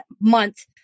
month